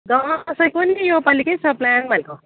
दसैँको नि योपालि के छ प्लान भनेको